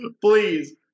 please